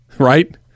Right